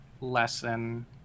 lesson